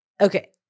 Okay